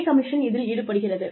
பே commission இதில் ஈடுபடுகிறது